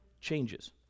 changes